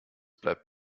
bleibt